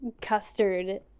custard